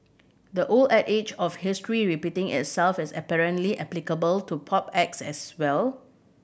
the old adage of history repeating itself is apparently applicable to pop acts as well